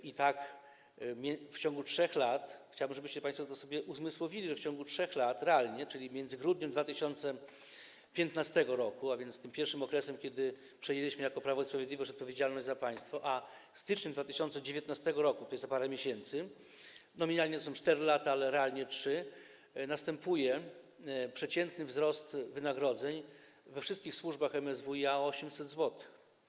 I tak w ciągu 3 lat, chciałbym, żebyście państwo to sobie uzmysłowili, w ciągu realnie 3 lat, czyli między grudniem 2015 r., a więc tym pierwszym okresem, kiedy przejęliśmy jako Prawo i Sprawiedliwość odpowiedzialność za państwo, a styczniem 2019 r., to jest za parę miesięcy, nominalnie to są 4 lata, ale realnie 3, następuje przeciętny wzrost wynagrodzeń we wszystkich służbach MSWiA o 800 zł.